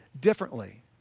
differently